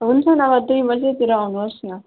हुन्छ नभए दुई बजीतिर आउनुहोस् न